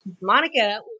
Monica